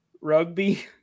rugby